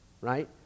Right